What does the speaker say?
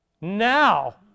now